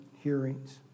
hearings